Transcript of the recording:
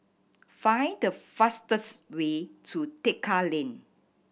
find the fastest way to Tekka Lane